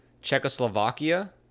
Czechoslovakia